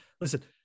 Listen